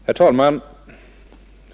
Herr talman!